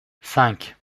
cinq